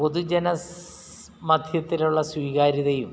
പൊതുജന മധ്യത്തിലുള്ള സ്വീകാര്യതയും